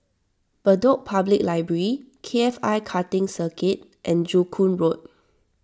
Bedok Public Library K F I Karting Circuit and Joo Koon Road